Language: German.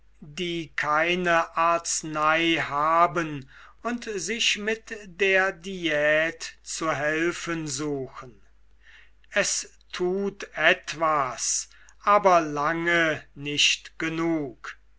die keine arznei haben und sich mit der diät zu helfen suchen es tut etwas aber nicht lange genug